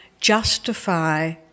justify